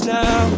now